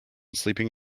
sleeping